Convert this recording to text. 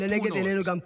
הם לנגד עינינו גם פה.